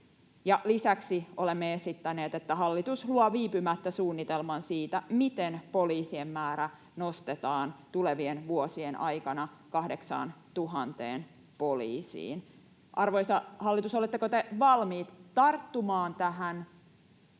lisäksi olemme esittäneet, että hallitus luo viipymättä suunnitelman siitä, miten poliisien määrä nostetaan tulevien vuosien aikana 8 000 poliisiin, niin arvoisa hallitus, oletteko te valmiit tarttumaan tähän